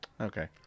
Okay